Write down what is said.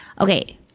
Okay